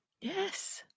Yes